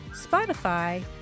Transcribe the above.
Spotify